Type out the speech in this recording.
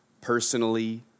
personally